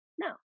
no